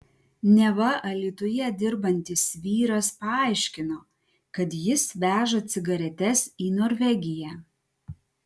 neva alytuje dirbantis vyras paaiškino kad jis veža cigaretes į norvegiją